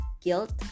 guilt